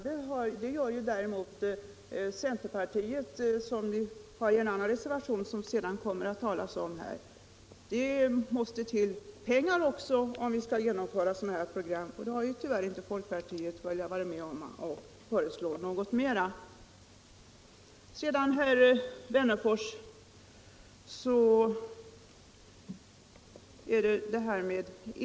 Men det gör däremot centerpartiet i en annan reservation, som kommer att beröras senare i debatten. Det krävs pengar för att genomföra sådana här program, men folkpartiet har tyvärr inte velat vara med om att föreslå några ytterligare medel för detta viktiga ändamål.